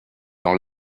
dans